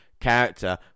character